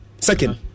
second